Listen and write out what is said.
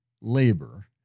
labor